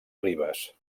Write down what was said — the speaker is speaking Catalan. ribes